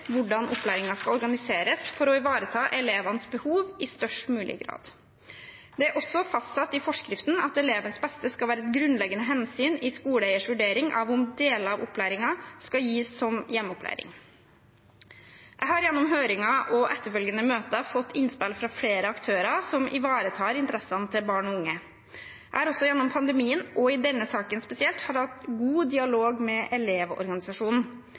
hvordan opplæringen skal organiseres for å ivareta elevenes behov i størst mulig grad. Det er også fastsatt i forskriften at elevenes beste skal være et grunnleggende hensyn i skoleeierens vurdering av om deler av opplæringen skal gis som hjemmeopplæring. Jeg har gjennom høringen og etterfølgende møter fått innspill fra flere aktører som ivaretar interessene til barn og unge. Jeg har også gjennom pandemien, og i denne saken spesielt, hatt god dialog med Elevorganisasjonen.